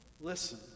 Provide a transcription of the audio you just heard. listen